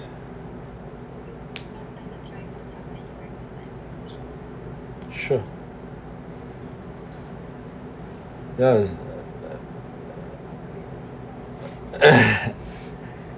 sure yeah